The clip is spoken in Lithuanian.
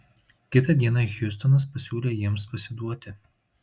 kitą dieną hiustonas pasiūlė jiems pasiduoti